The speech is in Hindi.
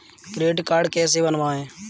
क्रेडिट कार्ड कैसे बनवाएँ?